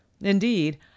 Indeed